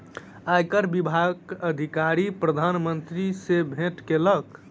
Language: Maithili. आयकर विभागक अधिकारी प्रधान मंत्री सॅ भेट केलक